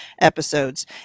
episodes